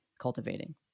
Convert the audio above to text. cultivating